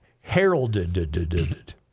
heralded